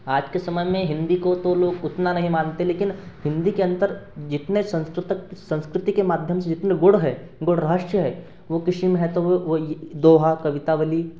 आज के समय में हिंदी को तो लोग उतना नहीं मानते लेकिन हिंदी के अंतर जितने संस्कृतक संस्कृति के माध्यम से जितने गुढ़ है गूढ़ रहस्य हैं वो किसी महत्त्व वो दोहा कवितावली